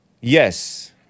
Yes